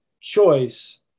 choice